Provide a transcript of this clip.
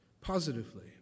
positively